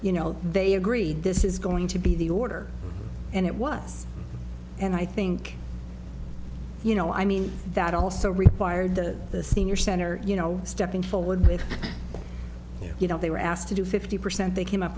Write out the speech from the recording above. you know they agreed this is going to be the order and it was and i think you know i mean that also required that the senior center you know stepping forward with you know they were asked to do fifty percent they came up